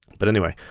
but anyway,